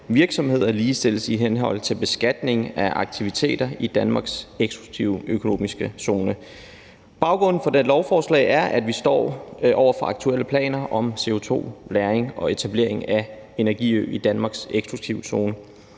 virksomheder ligestilles i forhold til beskatningen af aktiviteter i Danmarks eksklusive økonomiske zone. Baggrunden for det lovforslag er, at vi står over for aktuelle planer om CO2-lagring og etablering af en energiø i Danmarks eksklusive